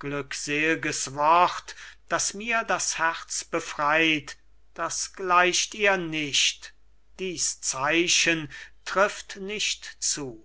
glücksel'ges wort das mir das herz befreit das gleicht ihr nicht dies zeichen triff nicht zu